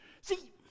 See